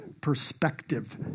perspective